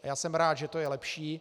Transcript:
A já jsem rád, že to je lepší.